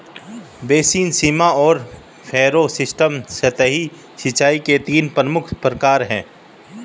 basin, सीमा और furrow system सतही सिंचाई के तीन प्रमुख प्रकार है